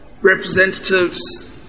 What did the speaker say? Representatives